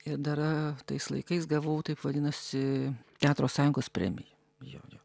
ir dara tais laikais gavau taip vadinosi teatro sąjungos premiją jo jo